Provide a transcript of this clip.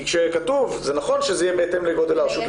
נכון שכתוב שזה יהיה בהתאם לגודל הרשות.